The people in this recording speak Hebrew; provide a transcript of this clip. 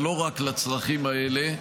אבל לא רק לצרכים האלה,